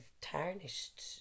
tarnished